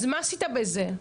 אז מה עשית בזה?